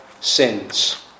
sins